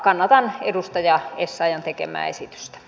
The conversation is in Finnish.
kannatan edustaja essayahin tekemää esitystä